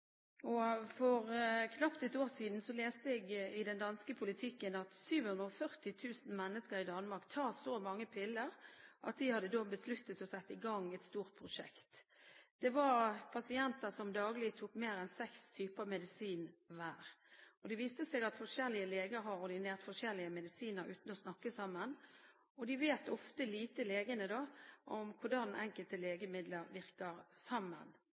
problem. For knapt et år siden leste jeg i den danske Politiken at på grunn av at 740 000 mennesker i Danmark tok såpass mange piller, hadde man besluttet å sette i gang et stort prosjekt. Det var pasienter som daglig tok mer enn seks typer medisiner. Det viste seg at forskjellige leger hadde ordinert forskjellige medisiner uten å snakke sammen. Legene vet ofte veldig lite om hvordan enkelte legemidler virker sammen.